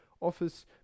Office